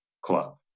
club